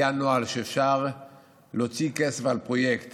היה נוהל שאפשר להוציא כסף על פרויקט